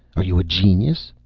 are you a genius?